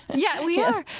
yeah, we are.